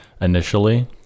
initially